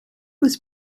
was